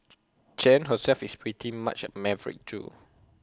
Chen herself is pretty much A maverick too